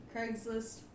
Craigslist